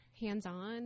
hands-on